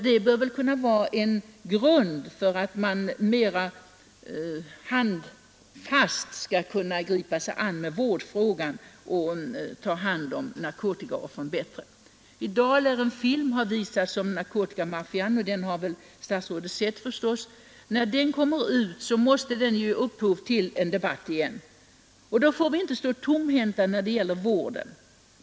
Det bör kunna bli en grund för att mera handfast gripa sig an med vårdfrågan och bättre ta hand om narkotikaoffren. I dag lär en film om narkotikamaffian ha visats — statsrådet har förstås sett den. När den kommer ut måste den ge upphov till en ny debatt, och då får vi inte stå tomhänta när det gäller vården.